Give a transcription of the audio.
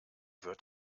wird